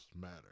Matter